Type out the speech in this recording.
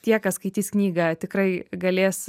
tie kas skaitys knygą tikrai galės